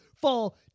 Fall